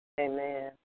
Amen